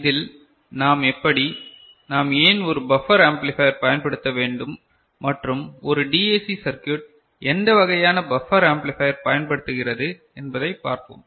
இதில் நாம் எப்படி நாம் ஏன் ஒரு பஃபர் ஆம்ப்ளிபையர் பயன்படுத்த வேண்டும் மற்றும் ஒரு டிஏசி சர்க்யூட் எந்த வகையான பஃபர் ஆம்ப்ளிபையர் பயன்படுத்துகிறது என்பதைப் பார்ப்போம்